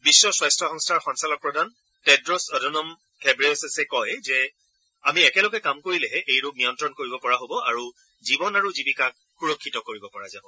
বিশ্ব স্বাস্থ্য সংস্থাৰ সঞ্চালকপ্ৰধান টেড্ৰ'ছ অদনোম ঘেব্ৰেয়েছেছে কৈছে যে আমি একেলগে কাম কৰিলেহে এই ৰোগ নিয়ন্ত্ৰণ কৰিব পৰা যাব আৰু জীৱন আৰু জীৱিকাক সুৰক্ষিত কৰিব পৰা যাব